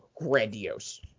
grandiose